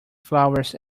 flowers